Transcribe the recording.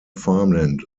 farmland